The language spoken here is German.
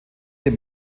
dem